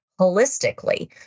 holistically